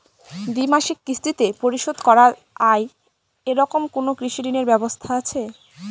দ্বিমাসিক কিস্তিতে পরিশোধ করা য়ায় এরকম কোনো কৃষি ঋণের ব্যবস্থা আছে?